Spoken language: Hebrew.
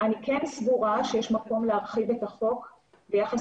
אני כן סבורה שיש מקום להרחיב את החוק ביחס